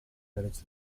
derechos